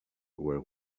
were